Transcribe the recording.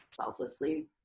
selflessly